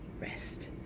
rest